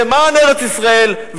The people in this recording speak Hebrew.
למען ארץ-ישראל,